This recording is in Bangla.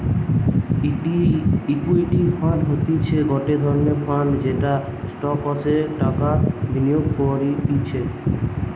ইকুইটি ফান্ড হতিছে গটে ধরণের ফান্ড যেটা স্টকসে টাকা বিনিয়োগ করতিছে